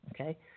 Okay